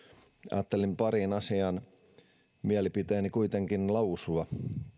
ajattelin parista asiasta mielipiteeni kuitenkin lausua